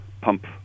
pump